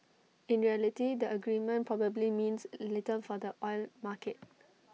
in reality the agreement probably means little for the oil market